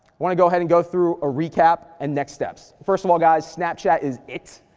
wanna go ahead and go through a recap and next steps. first of all, guys, snapchat is it,